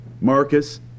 Marcus